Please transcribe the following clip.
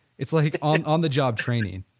it's like ah on-the-job training,